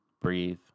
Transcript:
breathe